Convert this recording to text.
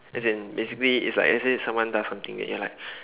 as in basically it's like let's say someone does something then you're like